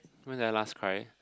when I was last cried